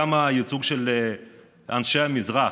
גם הייצוג של אנשי המזרח,